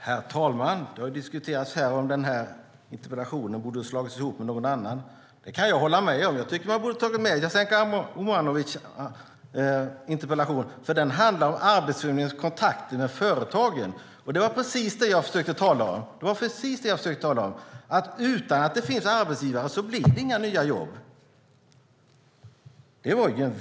Herr talman! Det har diskuterats om interpellationen borde ha slagits ihop med någon annan, och jag kan hålla med - jag tycker att man borde ha tagit med Jasenko Omanovic interpellation, för den handlar om Arbetsförmedlingens kontakter med företagen. Det var precis det jag försökte tala om: Utan att det finns arbetsgivare blir det inga nya jobb.